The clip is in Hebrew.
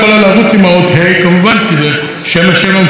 כי זה שם ה' המפורש ואסור היה לעשות זאת.